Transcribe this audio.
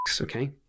okay